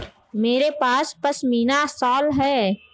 मेरे पास पशमीना शॉल है